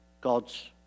God's